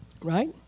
Right